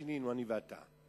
שינינו אני ואתה,